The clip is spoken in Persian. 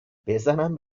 بزنم